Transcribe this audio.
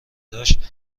داشت